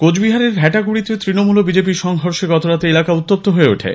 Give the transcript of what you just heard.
কোচবিহারের ভেটাগুড়িতে তৃণমূল ও বিজেপি সংঘর্ষে গতরাতে এলাকা উত্তপ্ত হয়ে ওঠে